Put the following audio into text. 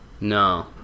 No